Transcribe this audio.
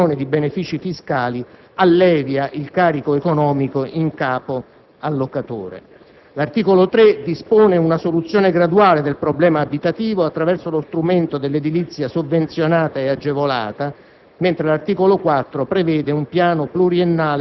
mentre l'articolo 2, in virtù della previsione di benefici fiscali, allevia il carico economico in capo al locatore. L'articolo 3 dispone una soluzione graduale del problema abitativo attraverso lo strumento dell'edilizia sovvenzionata e agevolata,